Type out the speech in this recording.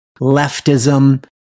leftism